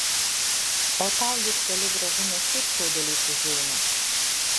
o tau juk toli gražu ne šiaip čiaudulys užeina